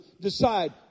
decide